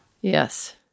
Yes